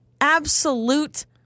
absolute